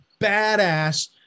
badass